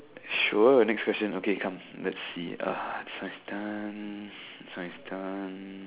sure next session okay come let's see this one is done this one is done